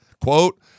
Quote